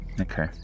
Okay